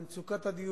על מצוקת הדיור,